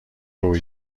روی